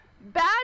Bad